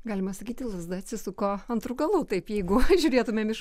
galima sakyti lazda atsisuko antru galu taip jeigu žiūrėtumėm iš